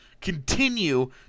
continue